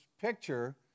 picture